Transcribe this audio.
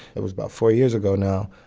it was about four years ago now.